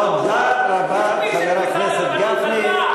תודה רבה, חבר הכנסת גפני.